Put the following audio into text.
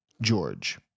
George